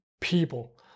people